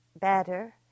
better